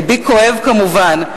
לבי כואב כמובן,